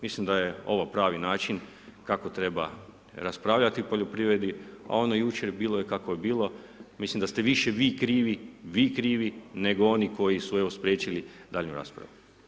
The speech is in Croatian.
Mislim da je ovo pravi način kako treba raspravljati o poljoprivredi, a ono jučer bilo je kako je bilo, mislim da ste više vi krivi, vi krivi, nego oni koji su evo spriječili daljnju raspravu.